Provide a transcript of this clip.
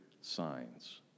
signs